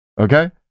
Okay